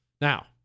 Now